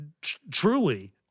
truly